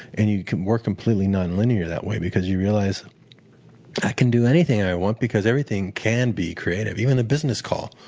and you can work completely nonlinear that way because you realize i can do anything i want because everything can be creative. even the bisexual call,